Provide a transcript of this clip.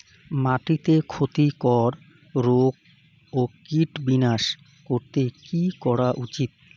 মাটিতে ক্ষতি কর রোগ ও কীট বিনাশ করতে কি করা উচিৎ?